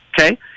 okay